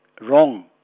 wrong